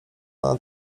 ona